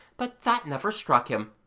but that never struck him,